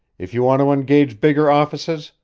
if you want to engage bigger offices,